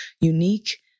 unique